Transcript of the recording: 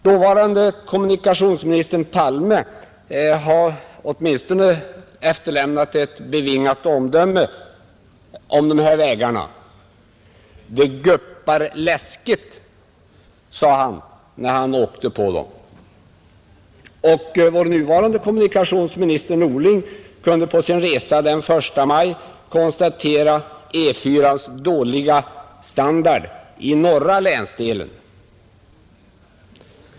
Dåvarande kommunikationsministern Palme har åtminstone efterlämnat ett bevingat omdöme om de här vägarna: ”Det guppar läskigt”, sade han, när han åkte på dem. Vår nuvarande kommunikationsminister Norling kunde på sin resa den 1 maj i år konstatera E 4:ans dåliga standard i norra länsdelen.